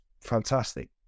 fantastic